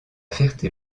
ferté